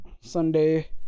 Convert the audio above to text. Sunday